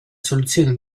soluzioni